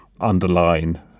underline